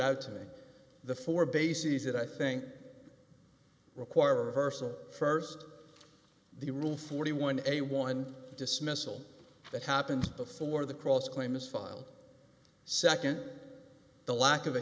out to me the four bases that i think require reversal st the rule forty one a one dismissal that happens before the cross claim is filed nd the lack of a